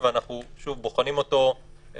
אנחנו מעדיפים שהם יאפשרו לנו בהמשך לקבוע את